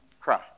cry